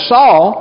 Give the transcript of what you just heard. Saul